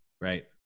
Right